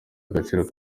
agaciro